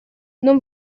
non